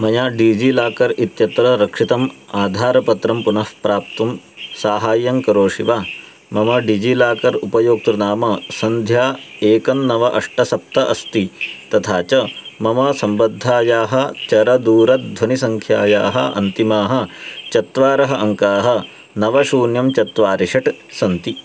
मया डीजीलाकर् इत्यत्र रक्षितम् आधारपत्रं पुनः प्राप्तुं साहाय्यं करोषि वा मम डिजिलाकर् उपयोक्तनाम सन्ध्या एकन्नव अष्ट सप्त अस्ति तथा च मम सम्बद्धायाः चरदूरध्वनिसङ्ख्यायाः अन्तिमाः चत्वारः अङ्काः नव शून्यं चत्वारि षट् सन्ति